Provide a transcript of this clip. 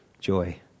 joy